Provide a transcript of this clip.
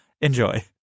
enjoy